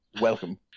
Welcome